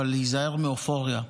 אבל להיזהר מאופוריה.